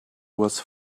was